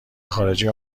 خارجه